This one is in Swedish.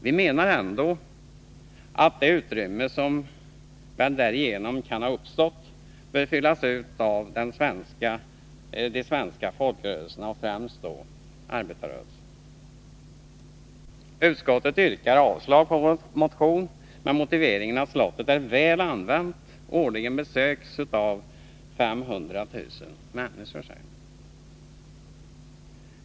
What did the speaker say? Vi menar ändå att det utrymme som därigenom kan ha uppstått bör fyllas ut av de svenska folkrörelserna, främst då arbetarrörelsen. Utskottet yrkar avslag på vår motion med motiveringen att slottet är väl använt och årligen besöks av 500 000 människor.